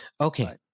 Okay